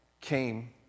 came